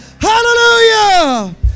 Hallelujah